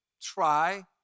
Try